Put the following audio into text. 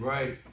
Right